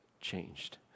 changed